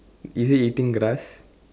is it eating grass